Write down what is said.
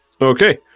Okay